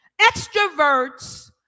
extroverts